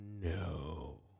no